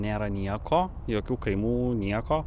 nėra nieko jokių kaimų nieko